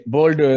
Bold